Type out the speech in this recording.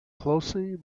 closely